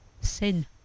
sin